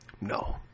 No